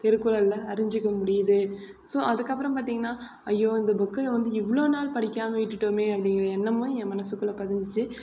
திருக்குறளில் அறிஞ்சுக்க முடியுது ஸோ அதுக்கப்பறம் பார்த்திங்கன்னா ஐயோ இந்த புக்கை வந்து இவ்வளோ நாள் படிக்காமல் விட்டுட்டோமே அப்படிங்குற எண்ணமும் என் மனசுக்குள்ளே பதிஞ்சிச்சு